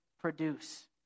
produce